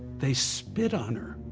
they spit on her.